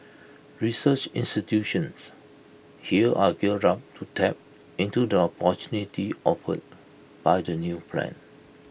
research institutions here are geared up to tap into the opportunities offered by the new plan